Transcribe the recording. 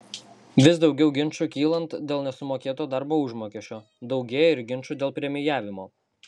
vis daugiau ginčų kylant dėl nesumokėto darbo užmokesčio daugėja ir ginčų dėl premijavimo